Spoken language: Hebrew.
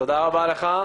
תודה רבה לך.